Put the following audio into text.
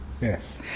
Yes